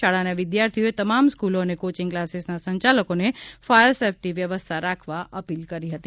શાળાના વિદ્યાર્થીઓએ તમામ સ્ક્રલો અને કોચિંગ ક્લાસીસના સંચાલકોને ફાયર સેફટી વ્યવસ્થા રાખવા અપીલ કરી હતી